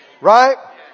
Right